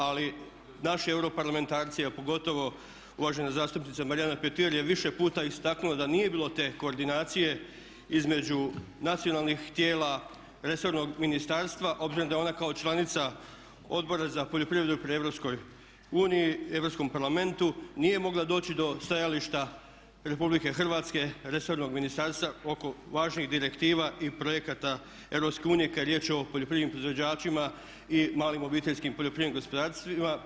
Ali naši europarlamentarci a pogotovo uvažena zastupnica Marijana Petir je više puta istaknula da nije bilo te koordinacije između nacionalnih tijela resornog ministarstva obzirom da je ona kao članica Odboru za poljoprivredu pri Europskom parlamentu nije mogla doći do stajališta Republike Hrvatske, resornog ministarstva oko važnih direktiva i projekata EU kad je riječ o poljoprivrednim proizvođačima i malim obiteljskim poljoprivrednim gospodarstvima.